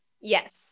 Yes